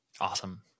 awesome